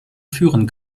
führen